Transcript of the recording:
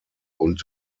und